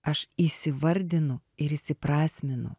aš įsivardinu ir įsiprasminu